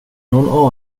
nån